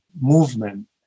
movement